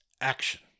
action